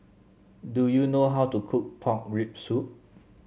do you know how to cook Pork Rib Soup